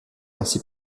ainsi